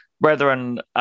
Brethren